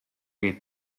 bija